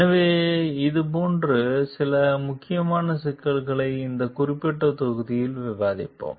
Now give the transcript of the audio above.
எனவே இது போன்ற சில முக்கியமான சிக்கல்களை இந்த குறிப்பிட்ட தொகுதியில் விவாதிப்போம்